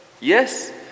Yes